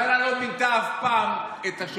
לא השר סער מינה אותם?